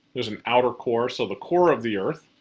there's an outer core, so the core of the earth,